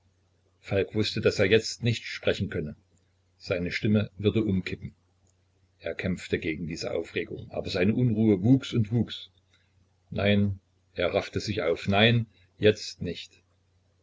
falk wußte daß er jetzt nicht sprechen könne seine stimme würde umkippen er kämpfte gegen diese aufregung aber seine unruhe wuchs und wuchs nein er raffte sich auf nein jetzt nicht